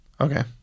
Okay